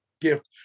gift